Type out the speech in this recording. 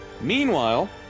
Meanwhile